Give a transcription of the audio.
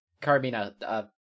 Carmina